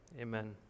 Amen